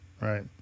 right